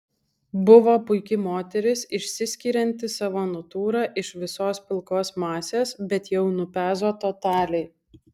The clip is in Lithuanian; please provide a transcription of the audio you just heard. buvo puiki moteris išsiskirianti savo natūra iš visos pilkos masės bet jau nupezo totaliai